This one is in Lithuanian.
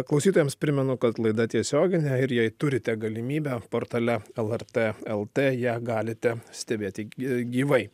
klausytojams primenu kad laida tiesioginė ir jei turite galimybę portale lrt lt ją galite stebėti gyvai